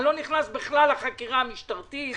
אני לא נכנס בכלל לחקירה המשטרתית,